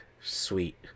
sweet